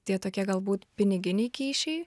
tie tokie galbūt piniginiai kyšiai